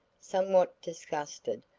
somewhat disgusted,